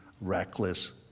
reckless